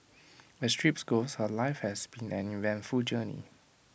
as trips go her life has been an eventful journey